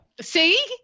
See